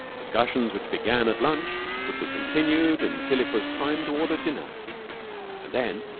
discussions which began at lunch would be continued until it was time to order dinner and then,